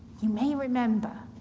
you may remember,